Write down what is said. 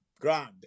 grand